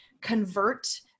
convert